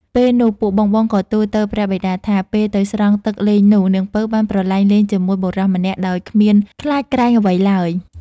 ពេលនោះ ពួកបងៗក៏ទូលទៅព្រះបិតាថា ពេលទៅស្រង់ទឹកលេងនោះ នាងពៅបានប្រឡែងលេងជាមួយបុរសម្នាក់ដោយគ្មានខ្លាចក្រែងអ្វីឡើយ។